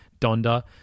Donda